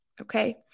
Okay